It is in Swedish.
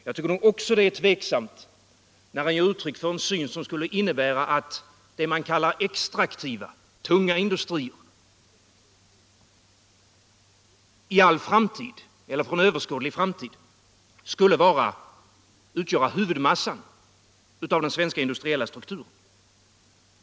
Jag tycker också att det är tveksamt när han ger uttryck för en syn som skulle innebära att det man kallar extraktiva — tunga — industrier för överskådlig framtid skulle utgöra huvudmassan av den svenska industriella strukturen.